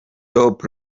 top